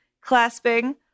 clasping